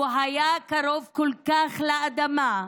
הוא היה קרוב כל כך לאדמה.